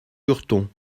lurton